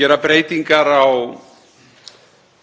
gera breytingar á